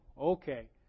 okay